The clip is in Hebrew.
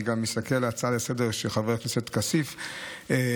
אני גם מסתכל על ההצעה לסדר-היום שחבר הכנסת כסיף הציג,